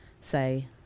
say